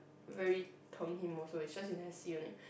very Teng him also it's just you never see only